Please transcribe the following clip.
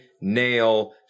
nail